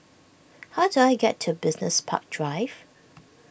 how do I get to Business Park Drive